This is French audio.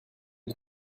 une